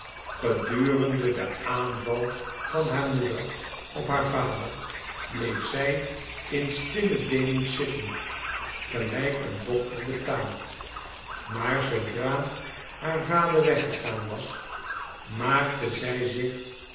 gedurende den aanval van haar moeder op haar vader bleef zij in stillen deemoed zitten gelijk een dochter betaamt maar zoodra haar vader weggegaan was maakte zij zich